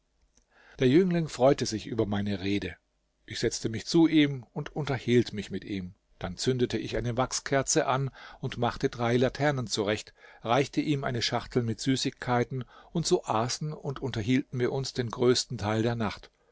der jüngling freute sich über meine rede ich setzte mich zu ihm und unterhielt mich mit ihm dann zündete ich eine wachskerze an und machte drei laternen zurecht reichte ihm eine schachtel mit süßigkeiten und so aßen und unterhielten wir uns den größten teil der nacht